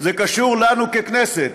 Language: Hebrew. זה קשור לנו ככנסת.